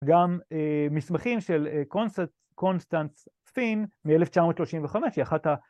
גם מסמכים של קונסטנטס פין מ-1935 היא אחת ה